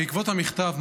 בעקבות המכתב,